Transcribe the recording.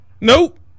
Nope